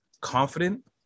confident